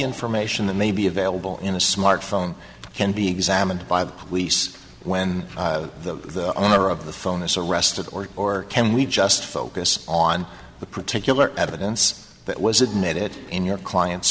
information that may be available in a smartphone can be examined by the police when the owner of the phone is arrested or or can we just focus on the particular evidence that was admitted it in your client